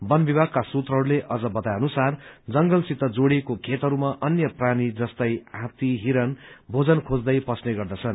बन विभागका सूत्रहरूले अझ बताए अनुसार जंगलसित जोड़िएको खेतहरूमा वन्य प्राणी जस्तै हाथी हिरण भोजन खोज्दै पस्ने गर्दछन्